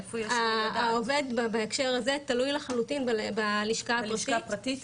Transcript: העובד בהקשר הזה תלוי לחלוטין בלשכה הפרטית.